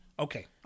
Okay